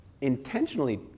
intentionally